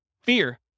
Fear